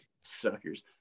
suckers